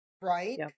right